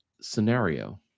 scenario